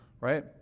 right